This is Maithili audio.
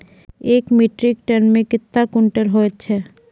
एक मीट्रिक टन मे कतवा क्वींटल हैत छै?